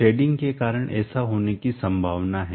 shading के कारण ऐसा होने की संभावना है